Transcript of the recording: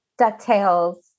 DuckTales